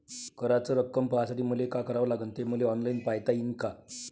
कराच रक्कम पाहासाठी मले का करावं लागन, ते मले ऑनलाईन पायता येईन का?